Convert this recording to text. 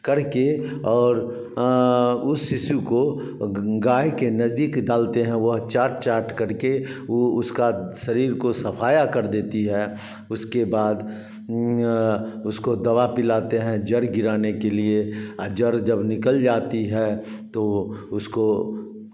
करके और उस शिशु को गाय के नज़दीक डालते हैं वह चाट चाट करके वो उसका शरीर को सफ़ाया कर देती है उसके बाद उसको दवा पिलाते हैं जड़ गिराने के लिए और जड़ जब निकल जाती है तो उसको